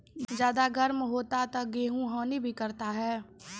ज्यादा गर्म होते ता गेहूँ हनी भी करता है?